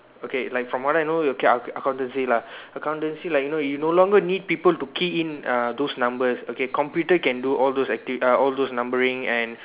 okay like from what I know okay accountancy lah accountancy like you know you no longer need people to key in uh those numbers okay computer can do all those activities uh all those numbering and